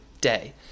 day